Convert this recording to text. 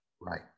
Right